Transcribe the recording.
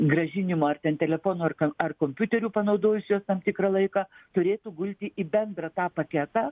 grąžinimo ar ten telefono ar ar kompiuterių panaudojusių tam tikrą laiką turėtų gulti į bendrą tą paketą